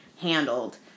handled